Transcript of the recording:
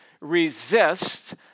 resist